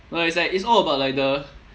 no it's like it's all about like the